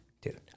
Dude